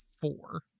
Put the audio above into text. four